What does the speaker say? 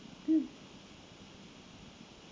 mm